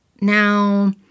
Now